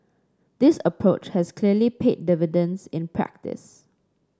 this approach has clearly paid dividends in practice